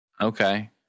Okay